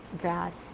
grass